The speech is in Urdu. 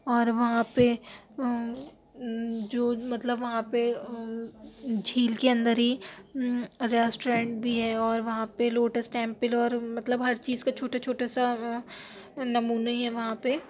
اور وہاں پہ جو مطلب وہاں پہ جھیل کے اندر ہی ریسٹورنٹ بھی ہے اور وہاں پہ لوٹس ٹیمپل اور مطلب ہر چیز کا چھوٹے چھوٹے سا نمونے ہیں وہاں پہ